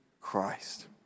Christ